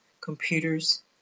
computers